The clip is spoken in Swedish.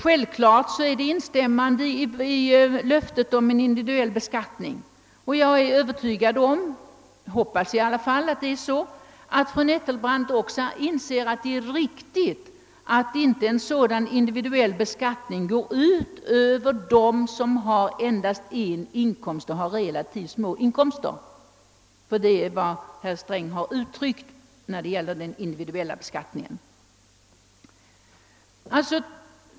Självfallet instämmer fru Nettelbrandt i kravet på individuell beskattning, och jag hoppas att hon också inser att det är viktigt att en sådan individuell beskattning inte går ut över dem som har endast en inkomst och relativt små inkomster — detta är nämligen vad herr Sträng har uttryckt när det gäller den individuella beskattningen.